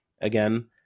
Again